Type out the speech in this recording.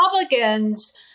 Republicans